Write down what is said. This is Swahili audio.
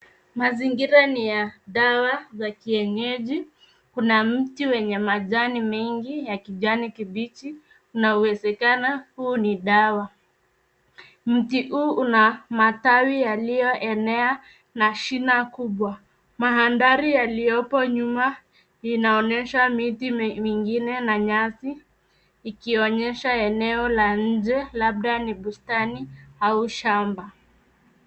Mazingira ni ya dawa za kienyeji. Kuna mti wenye majani mingi ya kijani kibichi, unawezekana huu ni dawa. Mti huu una matawi yaliyoenea na shina kubwa. Mandhari yaliopo nyuma inaonyesha miti mingine na nyasi ikionyesha eneo la nje labda ni bustani au shamba.